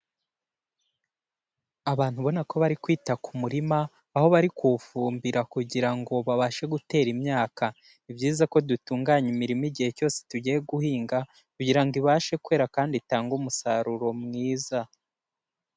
Abantu ubona ko bari kwita ku murima, aho bari kuwufumbira kugirango babashe gutera imyaka, ni byiza ko dutunganya imirima igihe cyose tugiye guhinga kugira ngo ibashe kwera kandi itange umusaruro mwiza.